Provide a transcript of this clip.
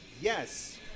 yes